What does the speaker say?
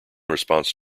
response